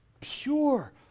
pure